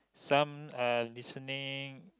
some are listening